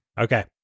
Okay